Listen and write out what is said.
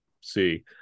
see